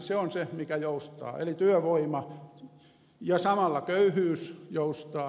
se on se mikä joustaa eli työvoima ja samalla köyhyys joustaa